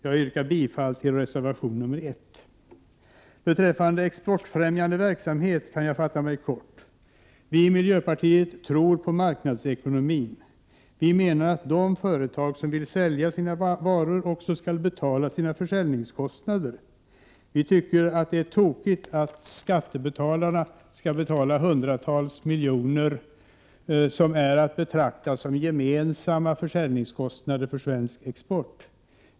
Jag yrkar bifall till reservation 1. Beträffande exportfrämjande verksamhet kan jag fatta mig kort. Vi i miljöpartiet tror på marknadsekonomin. Vi menar att de företag som vill sälja sina varor också skall betala sina försäljningskostnader. Vi tycker det är tokigt att skattebetalarna skall betala hundratals miljoner, som är att betrakta som gemensamma försäljningskostnader för svensk export.